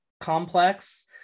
complex